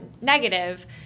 negative